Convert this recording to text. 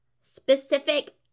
specific